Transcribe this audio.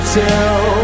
tell